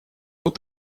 тут